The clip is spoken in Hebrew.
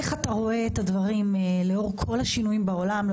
איך אתה רואה את הדברים לאור כל השינויים בעולם,